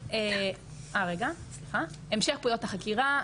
אז המשך פעולות החקירה.